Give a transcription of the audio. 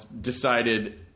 decided